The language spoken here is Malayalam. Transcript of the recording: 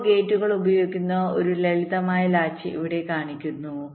ഇപ്പോൾ ഗേറ്റുകൾ ഉപയോഗിക്കുന്ന ഒരു ലളിതമായ ലാച്ച് ഇവിടെ കാണിച്ചിരിക്കുന്നു